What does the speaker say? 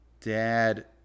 Dad